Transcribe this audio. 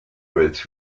groups